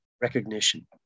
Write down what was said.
recognition